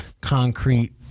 concrete